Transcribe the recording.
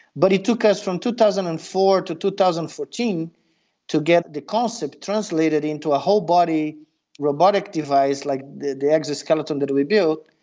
but it took us from two thousand and four to two thousand and fourteen to get the concept translated into a whole-body robotic device like the the exoskeleton that we built,